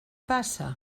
passa